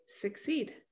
succeed